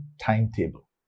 timetable